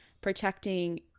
protecting